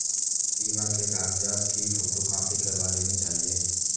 बीमा के कागजात की फोटोकॉपी करवा लेनी चाहिए